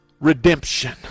redemption